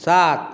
सात